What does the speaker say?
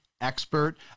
expert